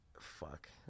Fuck